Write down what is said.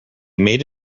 made